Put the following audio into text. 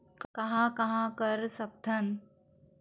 कहां कहां कर सकथन?